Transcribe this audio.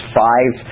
five